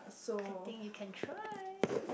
I think you can try